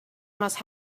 must